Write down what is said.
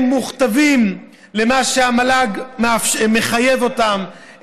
הם מוכתבים למה שהמל"ג מחייב אותם,